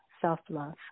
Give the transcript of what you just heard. self-love